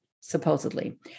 supposedly